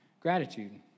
gratitude